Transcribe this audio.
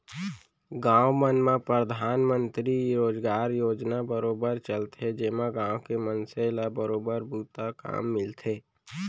गाँव मन म परधानमंतरी रोजगार योजना बरोबर चलथे जेमा गाँव के मनसे ल बरोबर बूता काम मिलथे